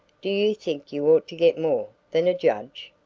do you think you ought to get more than a judge?